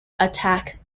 attack